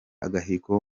agahigo